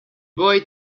boy